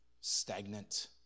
stagnant